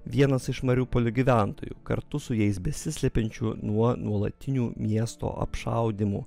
vienas iš mariupolio gyventojų kartu su jais besislepiančių nuo nuolatinių miesto apšaudymų